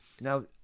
Now